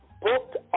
booked